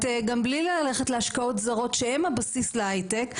גם בלי ללכת להשקעות זרות שהן הבסיס להייטק,